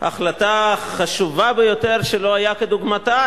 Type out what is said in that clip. החלטה חשובה ביותר שלא היה כדוגמתה,